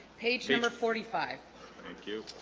page number forty five thank you